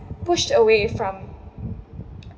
pushed away from